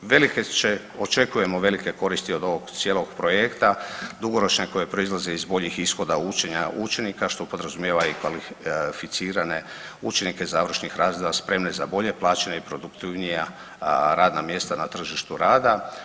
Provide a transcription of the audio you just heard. Velike će, očekujemo velike koristi od ovog cijelog projekta, dugoročne koje proizlaze iz boljih ishoda učenika što podrazumijeva i kvalificirane učenike završnih razreda spremne za bolje plaćena i produktivnija radna mjesta na tržištu rada.